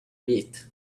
bit